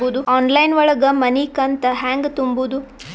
Online ಒಳಗ ಮನಿಕಂತ ಹ್ಯಾಂಗ ತುಂಬುದು?